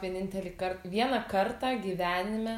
vienintelį kar vieną kartą gyvenime